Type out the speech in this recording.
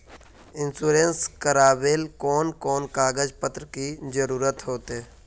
Insurance करावेल कोन कोन कागज पत्र की जरूरत होते?